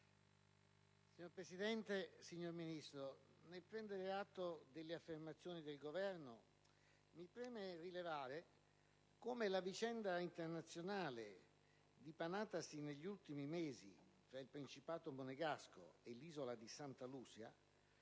Signor Presidente, signor Ministro, nel prendere atto delle affermazioni del Governo, mi preme rilevare come la vicenda internazionale dipanatasi negli ultimi mesi tra il Principato monegasco e l'isola di Santa Lucia